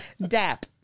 Dap